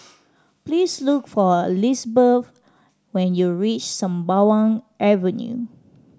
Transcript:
please look for Lisbeth when you reach Sembawang Avenue